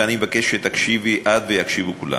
ואני מבקש שתקשיבי את ויקשיבו כולם,